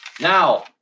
Now